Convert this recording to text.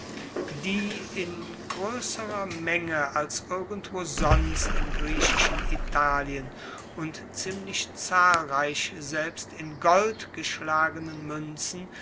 die in groesserer menge als irgendwo sonst im griechischen italien und ziemlich zahlreich selbst in gold geschlagenen muenzen